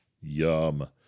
Yum